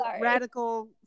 radical